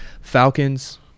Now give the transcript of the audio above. Falcons